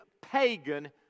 pagan